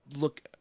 look